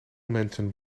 mensen